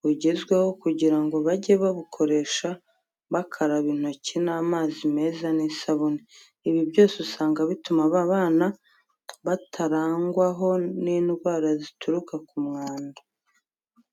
bugezweho kugira ngo bajye babukoresha bakaraba intoki n'amazi meza n'isabune. Ibi byose usanga bituma aba bana batarangwaho n'indwara zituruka ku mwanda.